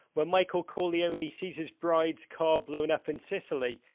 where michael corleone sees his bride's car blown up in sicily.